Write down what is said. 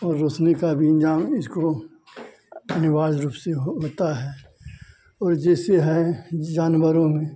और रोशनी का इंतज़ाम इसको निवार रूप से हो होता है और जैसे है जानवरों ने